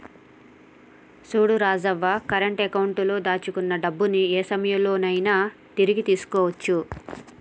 చూడు Rajavva current account లో దాచుకున్న డబ్బుని ఏ సమయంలో నైనా తిరిగి తీసుకోవచ్చు